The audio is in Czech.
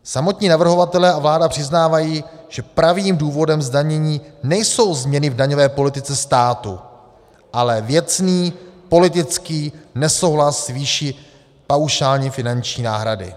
Samotní navrhovatelé a vláda přiznávají, že pravým důvodem zdanění nejsou změny v daňové politice státu, ale věcný politický nesouhlas s výší paušální finanční náhrady.